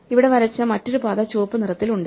ഇവിടെ വരച്ച മറ്റൊരു പാത ചുവപ്പ് നിറത്തിൽ ഉണ്ട്